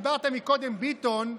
דיברת קודם, ביטון,